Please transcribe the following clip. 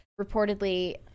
Reportedly